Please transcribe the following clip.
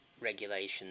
regulations